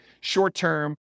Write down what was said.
short-term